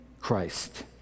Christ